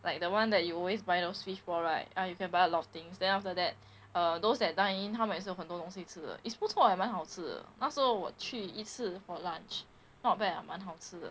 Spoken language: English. like the one that you always buy those fishball right ah you can buy a lot of things then after that uh those that dine in 他们也是很多东西吃的 is 不错 eh 蛮好吃那时候我去一次 for lunch not bad ah 蛮好吃的